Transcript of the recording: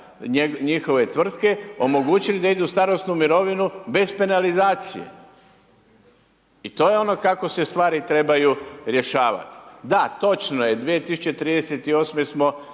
njihove tvrtke omogućili da idu u starosnu mirovinu bez penalizacije. I to je ono kako se stvari trebaju rješavati. Da, točno je 2038. smo